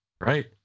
Right